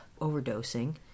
overdosing